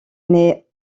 née